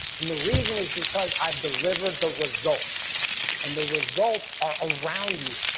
and the reason is because i've delivered the results and the results are around you.